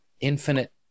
infinite